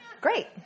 Great